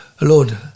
Lord